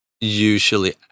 usually